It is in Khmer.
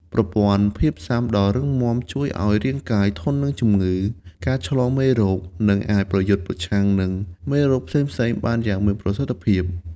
ប្រព័ន្ធភាពស៊ាំដ៏រឹងមាំជួយឱ្យរាងកាយ ធន់នឹងជំងឺ ការឆ្លងមេរោគ និងអាចប្រយុទ្ធប្រឆាំងនឹងមេរោគផ្សេងៗបានយ៉ាងមានប្រសិទ្ធភាព។